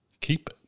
Keep